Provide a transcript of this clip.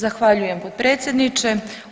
Zahvaljujem potpredsjedniče.